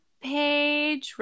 page